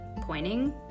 pointing